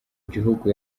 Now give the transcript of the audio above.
gihugu